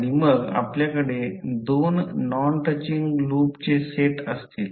आणि मग आपल्याकडे दोन नॉन टचिंग लूपचे सेट असतील